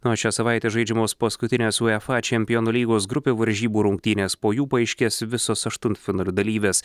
na o šią savaitę žaidžiamos paskutinės uefa čempionų lygos grupių varžybų rungtynės po jų paaiškės visos aštuntfinalio dalyvės